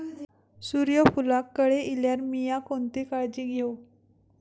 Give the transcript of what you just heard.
सूर्यफूलाक कळे इल्यार मीया कोणती काळजी घेव?